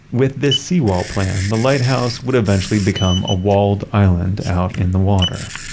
with this seawall plan, the lighthouse would eventually become a walled island out in the water.